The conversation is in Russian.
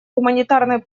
гуманитарной